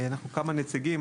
אנחנו כמה נציגים.